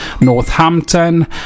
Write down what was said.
Northampton